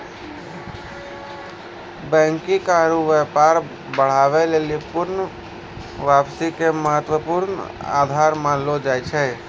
banking आरु व्यापार बढ़ाबै लेली पूर्ण वापसी के महत्वपूर्ण आधार मानलो जाय छै